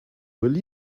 will